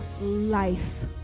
life